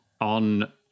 on